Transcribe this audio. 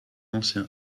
ancien